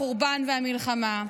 החורבן והמלחמה.